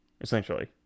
essentially